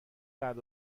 رعد